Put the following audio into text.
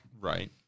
right